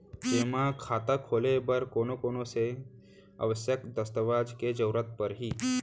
जेमा खाता खोले बर कोन कोन से आवश्यक दस्तावेज के जरूरत परही?